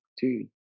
Dude